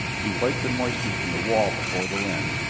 he wiped the moisture from the wall before the lens,